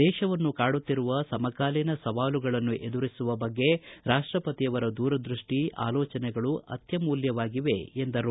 ದೇಶವನ್ನು ಕಾಡುತ್ತಿರುವ ಸಮಕಾಲೀನ ಸವಾಲುಗಳನ್ನು ಎದುರಿಸುವ ಬಗ್ಗೆ ರಾಷ್ಷಪತಿಯವರ ದೂರದೃಷ್ಟಿ ಆಲೋಚನೆಗಳು ಅತ್ಯಮೂಲ್ಯವಾಗಿವೆ ಎಂದರು